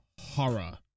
horror